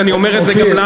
ואני אומר את זה גם לך,